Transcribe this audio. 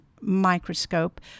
microscope